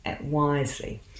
wisely